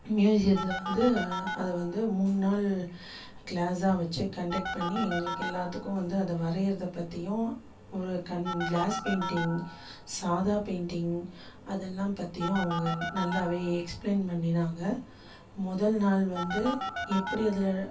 மியூசியத்தில் வந்து அதை வந்து மூணு நாள் க்ளாஸாக வைச்சு கண்டக்ட் பண்ணி எங்களுக்கு எல்லாத்துக்கும் வந்து அதை வரைகிறத பற்றியும் ஒரு கண் க்ளாஸ் பெயிண்டிங் சாதா பெயிண்டிங் அதெல்லாம் பற்றியும் அவங்க நல்லாவே எக்ஸ்ப்ளைன் பண்ணிணாங்க முதல் நாள் வந்து எப்படி அதில்